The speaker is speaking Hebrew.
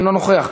אינו נוכח,